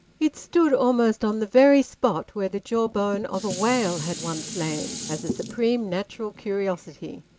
it stood almost on the very spot where the jawbone of a whale had once lain, as supreme natural curiosity.